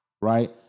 right